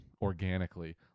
organically